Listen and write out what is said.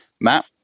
Matt